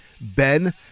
Ben